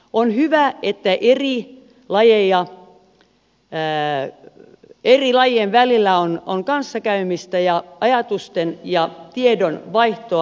on hyvä että eri lajien välillä on kanssakäymistä ja ajatusten ja tiedon vaihtoa